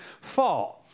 fall